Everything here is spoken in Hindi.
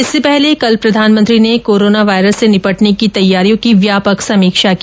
इससे पहले कल प्रधानमंत्री ने कोरोना वायरस से निपटने की तैयारियों की व्यापक समीक्षा की